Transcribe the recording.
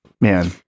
Man